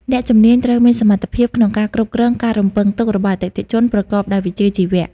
អ្នកជំនាញត្រូវមានសមត្ថភាពក្នុងការគ្រប់គ្រងការរំពឹងទុករបស់អតិថិជនប្រកបដោយវិជ្ជាជីវៈ។